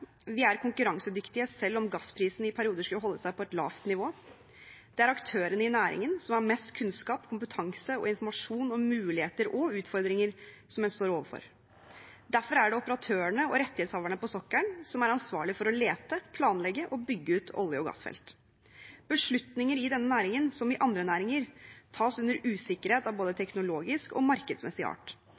Vi er konkurransedyktige selv om gassprisene i perioder skulle holde seg på et lavt nivå. Det er aktørene i næringen som har mest kunnskap, kompetanse og informasjon om muligheter – og utfordringer – som en står overfor. Derfor er det operatørene og rettighetshaverne på sokkelen som er ansvarlig for å lete, planlegge og bygge ut olje- og gassfelt. Beslutninger i denne næringen – som i andre næringer – tas under usikkerhet av både teknologisk og markedsmessig art.